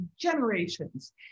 generations